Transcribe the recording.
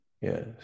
Yes